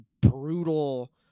brutal